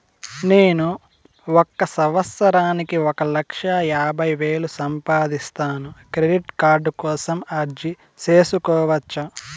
నేను ఒక సంవత్సరానికి ఒక లక్ష యాభై వేలు సంపాదిస్తాను, క్రెడిట్ కార్డు కోసం అర్జీ సేసుకోవచ్చా?